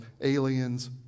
aliens